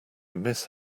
miss